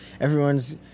everyone's